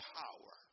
power